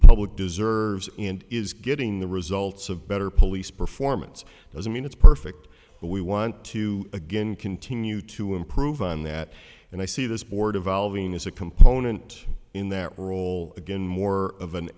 public deserves and is getting the results of better police performance doesn't mean it's perfect but we want to again continue to improve on that and i see this board evolving as a component in that role again more of an